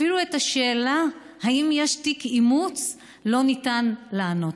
אפילו על השאלה אם יש תיק אימוץ לא ניתן לענות.